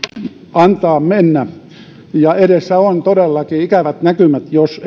antaa mennä edessä on todellakin ikävät näkymät jos